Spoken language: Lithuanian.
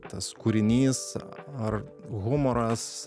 tas kūrinys ar humoras